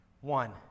One